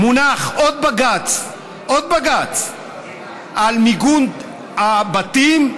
מונח עוד בג"ץ על מיגון הבתים,